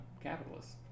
Capitalists